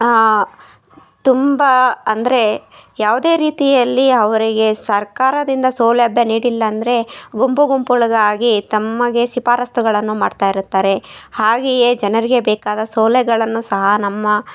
ತುಂಬ ಅಂದ್ರೆ ಯಾವುದೇ ರೀತಿಯಲ್ಲಿ ಅವರಿಗೆ ಸರ್ಕಾರದಿಂದ ಸೌಲಭ್ಯ ನೀಡಿಲ್ಲ ಅಂದರೆ ಗುಂಪು ಗುಂಪುಗ್ಳಾಗಿ ತಮಗೆ ಶಿಫಾರಸ್ಸುಗಳನ್ನು ಮಾಡ್ತಾ ಇರ್ತಾರೆ ಹಾಗೆಯೇ ಜನರಿಗೆ ಬೇಕಾದ ಸೌಲಗಳನ್ನೂ ಸಹ ನಮ್ಮ